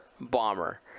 bomber